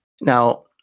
Now